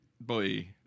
boy